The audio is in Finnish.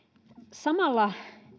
samalla